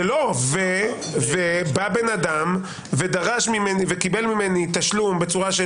זה לא, ובא בן אדם ודרש ממני וקיבל ממני תשלום.